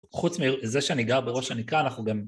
חוץ מזה שאני גר בראש הנקרה, אנחנו גם...